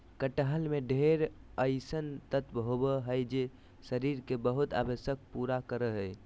कटहल में ढेर अइसन तत्व होबा हइ जे शरीर के बहुत आवश्यकता पूरा करा हइ